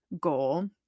goal